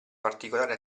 particolare